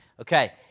Okay